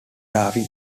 darwin